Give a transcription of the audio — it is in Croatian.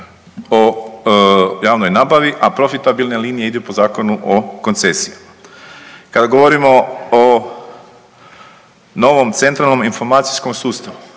o javnoj nabavi, a profitabilne linije idu po Zakonu o koncesiji. Kad govorimo o novom centralnom informacijskom sustavu